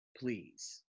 please